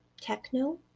Techno